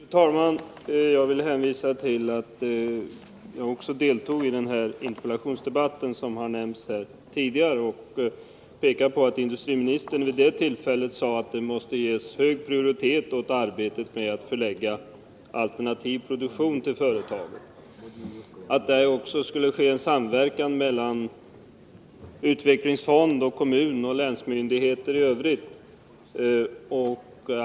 Fru talman! Jag vill hänvisa till att jag också deltog i den interpellationsdebatt som har nämnts här tidigare. Vid det tillfället sade industriministern att hög prioritet måste ges åt arbetet med att förlägga alternativ produktion till företaget och att en samverkan skulle ske mellan utvecklingsfonden och kommunen och länsmyndigheterna.